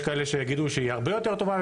יש כאלה שיגידו שהיא הרבה יותר טובה,